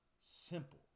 simple